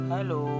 Hello